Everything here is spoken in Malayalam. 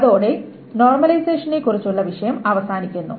അതോടെ നോർമലൈസേഷനെക്കുറിച്ചുള്ള വിഷയം അവസാനിക്കുന്നു